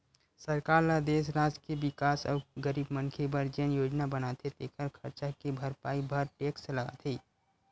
सरकार ल देस, राज के बिकास अउ गरीब मनखे बर जेन योजना बनाथे तेखर खरचा के भरपाई बर टेक्स लगाथे